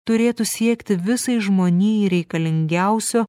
turėtų siekti visai žmonijai reikalingiausio